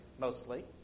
mostly